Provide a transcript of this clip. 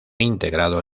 integrado